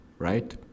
Right